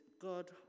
God